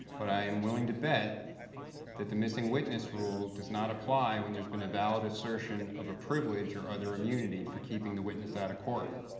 but i'm willing to bet that the missing witness rule does not apply when there's been a valid assertion of a privilege or other immunity for keeping witness out of court.